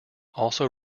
also